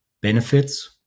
benefits